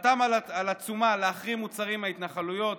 חתם על עצומה להחרים מוצרים מההתנחלויות,